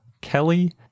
Kelly